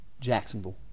Jacksonville